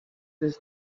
does